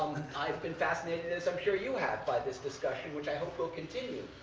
i've been fascinated, as i'm sure you have by this discussion, which i hope will continue.